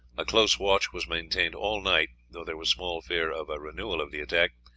a close watch was maintained all night, though there was small fear of a renewal of the attack.